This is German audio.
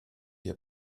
wir